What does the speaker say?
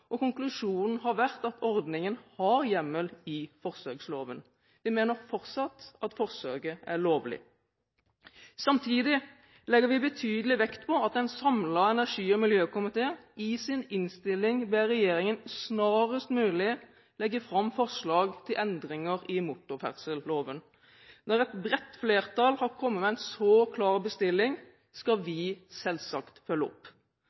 og konklusjonen har vært at ordningen har hjemmel i forsøksloven. Vi mener fortsatt at forsøket er lovlig. Samtidig legger vi betydelig vekt på at en samlet energi- og miljøkomité i sin innstilling ber regjeringen snarest mulig legge fram forslag til endringer i motorferdselloven. Når et bredt flertall har kommet med en så klar bestilling, skal vi selvsagt følge opp.